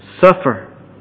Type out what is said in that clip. suffer